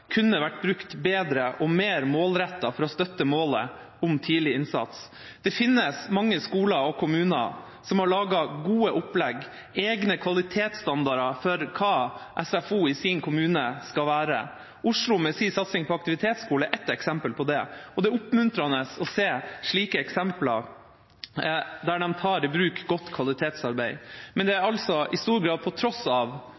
kunne vært brukt bedre og mer målrettet for å støtte målet om tidlig innsats. Det finnes mange skoler og kommuner som har laget gode opplegg, egne kvalitetsstandarder for hva SFO i deres kommune skal være. Oslo, med sin satsing på aktivitetsskole, er et eksempel på det, og det er oppmuntrende å se slike eksempler, der de tar i bruk godt kvalitetsarbeid. Men det skjer altså i stor grad på tross av